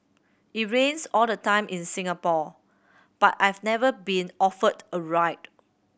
it rains all the time in Singapore but I've never been offered a ride